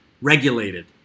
regulated